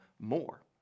more